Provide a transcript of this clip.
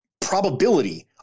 probability